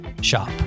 shop